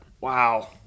Wow